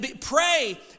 pray